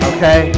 Okay